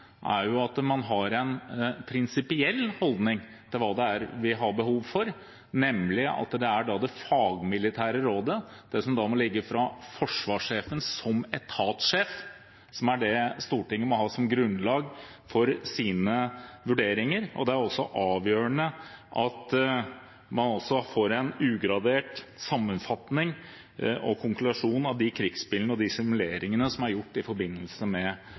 er at man har en prinsipiell holdning til hva det er vi har behov for, nemlig at det er det fagmilitære rådet, det som må ligge fra forsvarssjefen som etatssjef, som er det Stortinget må ha som grunnlag for sine vurderinger. Det er også avgjørende at man får en ugradert sammenfatning og konklusjon med hensyn til de krigsbildene og de simuleringene som er gjort i forbindelse med